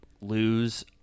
lose